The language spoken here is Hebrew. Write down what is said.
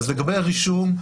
לגבי הרישום,